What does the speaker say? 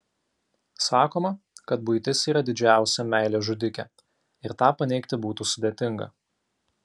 sakoma kad buitis yra didžiausia meilės žudikė ir tą paneigti būtų sudėtinga